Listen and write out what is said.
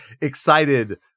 excited